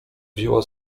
wzięła